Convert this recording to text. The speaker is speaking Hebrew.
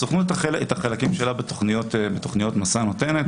הסוכנות, את החלקים שלה בתכניות 'מסע' נותנת.